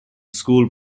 school